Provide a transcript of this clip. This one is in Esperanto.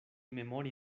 memori